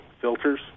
filters